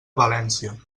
valència